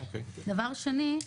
דבר שני,